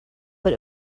but